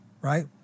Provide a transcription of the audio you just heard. right